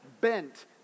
bent